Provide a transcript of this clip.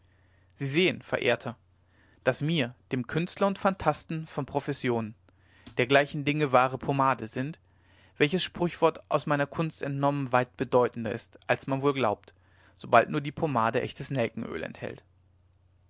sie sehen verehrter daß mir dem künstler und phantasten von profession dergleichen dinge wahre pomade sind welches sprüchwort aus meiner kunst entnommen weit bedeutender ist als man wohl glaubt sobald nur die pomade echtes nelkenöl enthält